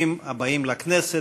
ברוכים הבאים לכנסת,